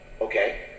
Okay